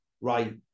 right